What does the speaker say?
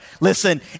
Listen